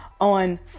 on